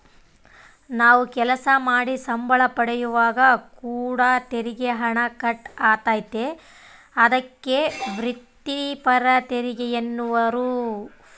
ನಾವು ಕೆಲಸ ಮಾಡಿ ಸಂಬಳ ಪಡೆಯುವಾಗ ಕೂಡ ತೆರಿಗೆ ಹಣ ಕಟ್ ಆತತೆ, ಅದಕ್ಕೆ ವ್ರಿತ್ತಿಪರ ತೆರಿಗೆಯೆನ್ನುವರು